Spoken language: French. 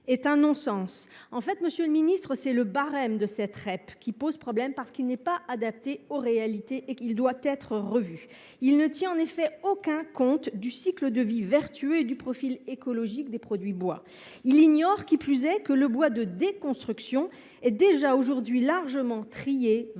est un non sens. En fait, monsieur le ministre, c’est le barème de cette REP qui pose problème. Il n’est pas adapté aux réalités et il doit être revu. Il ne tient aucun compte du cycle de vie vertueux et du profil écologique des produits en bois. Qui plus est, il ignore que le bois de déconstruction est déjà aujourd’hui largement trié, valorisé,